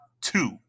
two